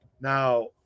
Now